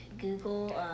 google